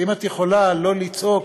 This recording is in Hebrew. אם את יכולה לא לצעוק,